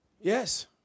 Yes